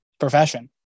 profession